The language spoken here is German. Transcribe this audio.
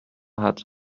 hat